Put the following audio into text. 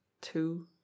two